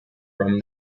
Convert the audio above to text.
from